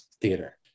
Theater